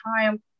time